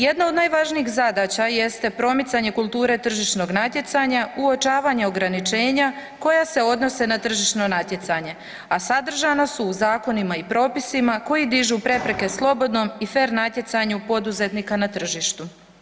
Jedna od najvažnijih zadaća jeste promicanje kulture tržišnog natjecanja, uočavanja ograničenja koja se odnose na tržišno natjecanje, a sadržana su u zakonima i propisima koji dižu prepreke slobodnom i fer natjecanju poduzetnika na tržištu.